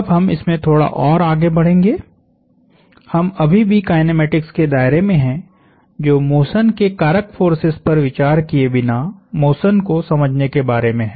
अब हम इसमें थोड़ा और आगे बढ़ेंगे हम अभी भी काईनेमेटिक्स के दायरे में हैं जो मोशन के कारक फोर्सेस पर विचार किए बिना मोशन को समझने के बारे में है